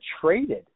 traded